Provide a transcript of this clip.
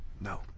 No